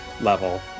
level